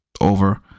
over